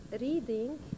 reading